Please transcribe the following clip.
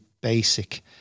basic